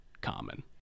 common